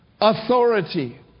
Authority